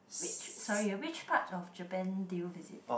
which sorry ah which part of Japan did you visit